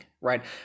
right